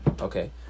okay